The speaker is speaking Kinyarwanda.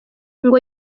ngo